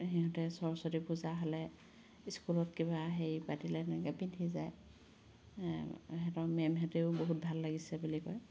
সিহঁতে সৰস্বতী পূজা হ'লে স্কুলত কিবা হেৰি পাতিলে তেনেকে পিন্ধি যায় সিহঁতৰ মে'মহঁতেও বহুত ভাল লাগিছে বুলি কয়